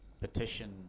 petition